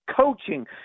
coaching